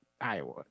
iowa